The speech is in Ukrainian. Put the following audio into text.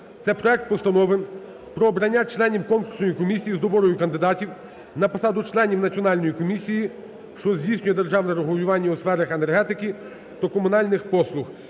Це проект Постанови про обрання члена Конкурсної комісії з добору кандидатів на посади членів Національної комісії, що здійснює державне регулювання у сферах енергетики та комунальних послуг